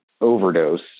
overdose